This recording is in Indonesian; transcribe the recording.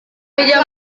meja